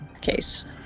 case